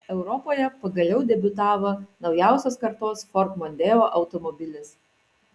europoje pagaliau debiutavo naujausios kartos ford mondeo automobilis